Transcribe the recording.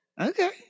Okay